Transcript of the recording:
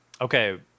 Okay